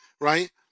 right